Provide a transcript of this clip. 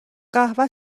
قهوه